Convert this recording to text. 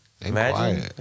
Imagine